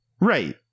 Right